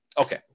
Okay